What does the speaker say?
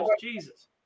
Jesus